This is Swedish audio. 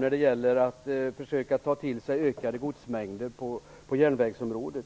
när det gäller att försöka få ökade godsmängder på järnvägsområdet.